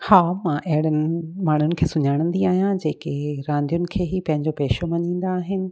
हा मां अहिड़नि माण्हुनि खे सुञाणंदी आहियां जेके रांदियुनि खे ई पंहिंजो पेशो मञींदा आहिनि